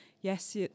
yes